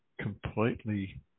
completely